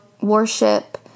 Worship